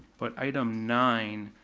but item nine,